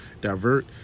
divert